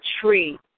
tree